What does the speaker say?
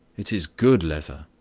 it is good leather.